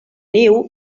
niu